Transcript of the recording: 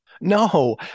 No